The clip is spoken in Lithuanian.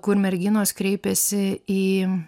kur merginos kreipėsi į